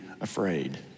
afraid